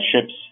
ships